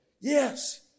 Yes